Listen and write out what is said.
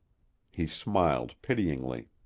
he smiled pityingly.